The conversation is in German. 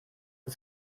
ist